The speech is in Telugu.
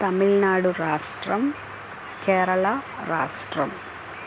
తమిళనాడు రాష్ట్రం కేరళ రాష్ట్రం